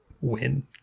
win